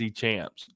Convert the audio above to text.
champs